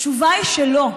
התשובה היא שלא.